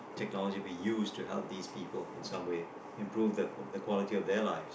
technology be used to help these people in some way improve the quality of their lives